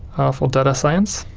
for data science,